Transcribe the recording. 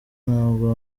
ntabwo